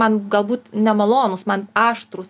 man galbūt nemalonūs man aštrūs